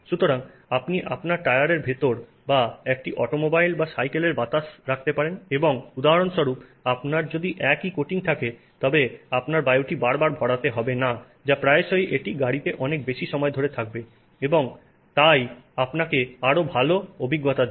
সুতরাং আপনি আপনার টায়ারের ভিতরে বা একটি অটোমোবাইল বা সাইকেলের বাতাস রাখতে পারেন এবং উদাহরণস্বরূপ আপনার যদি একই কোটিং থাকে তবে আপনার বায়ুটি বারবার ভরাতে হবে না যা প্রায়শই এটি গাড়িতে অনেক বেশি সময় থাকবে এবং তাই আপনাকে আরও ভাল অভিজ্ঞতা দেবে